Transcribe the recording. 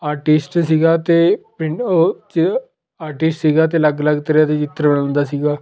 artist ਸੀਗਾ ਅਤੇ ਪਿੰਡ ਓ 'ਚ ਆਰਟਿਸਟ ਸੀਗਾ ਅਤੇ ਅਲੱਗ ਅਲੱਗ ਤਰ੍ਹਾਂ ਦੇ ਚਿੱਤਰ ਬਣਾਉਂਦਾ ਸੀਗਾ